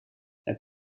heb